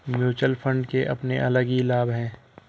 mutual fund के अपने अलग ही लाभ हैं